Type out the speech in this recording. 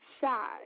Shy